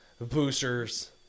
boosters